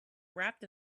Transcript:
wrapped